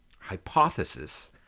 hypothesis